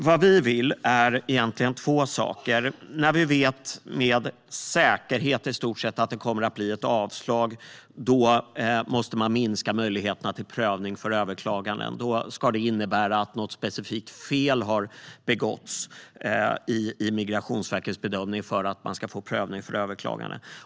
Vi vill egentligen två saker. Möjligheterna till prövning för överklagande måste minskas när man vet med säkerhet att det kommer att bli avslag. För att få prövning för överklagande ska det ha begåtts något specifikt fel vid Migrationsverkets bedömning.